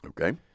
Okay